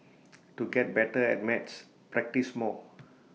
to get better at maths practise more